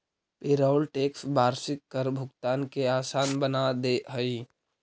payroll tax वार्षिक कर भुगतान के असान बना दे हई